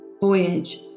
voyage